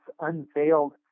unveiled